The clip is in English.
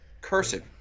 Cursive